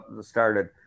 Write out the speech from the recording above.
started